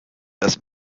das